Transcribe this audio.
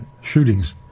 shootings